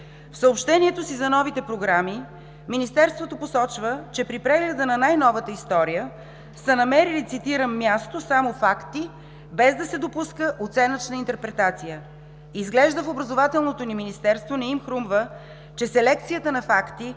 В съобщението си за новите програми министерството посочва, че при прегледа на най-новата история – цитирам: „са намерили място само факти, без да се допуска оценъчна интерпретация“. Изглежда в образователното ни министерство не им хрумва, че селекцията на факти